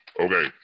Okay